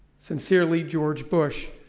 sincerely, george bush.